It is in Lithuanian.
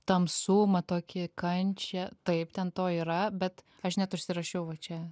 tamsumą tokį kančią taip ten to yra bet aš net užsirašiau va čia